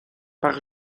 par